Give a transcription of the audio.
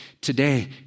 today